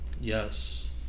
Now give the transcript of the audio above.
Yes